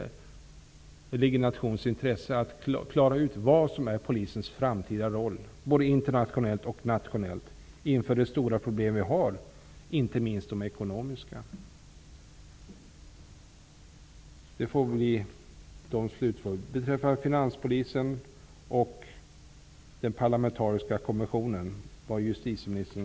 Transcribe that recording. Det ligger i nationens intresse att klara ut vad som är polisens framtida roll både internationellt och nationellt angående inte minst de stora ekonomiska problem som finns. Vad har justitieministern att svara beträffande finanspolisen och den parlamentariska kommissionen?